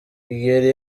kigeli